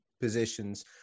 positions